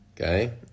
Okay